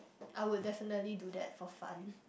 I would definitely do that for fun